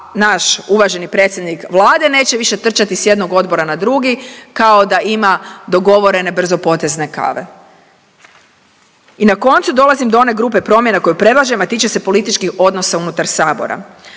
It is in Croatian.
naš uvaženi predsjednik Vlade neće više trčati s jednog odbora na drugi kao da ima dogovorene brzopotezne kave. I na koncu, dolazim do one grupe promjena koje predlažem, a tiče se političkih odnosa unutar Sabora.